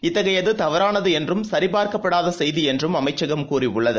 இத்தகையதவறானதுஎன்றும் சரிபார்க்கப்படாதசெய்திஎன்றும் அமைச்சகம் கூறியுள்ளது